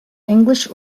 english